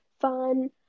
fun